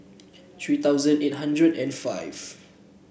three thousand eight hundred and five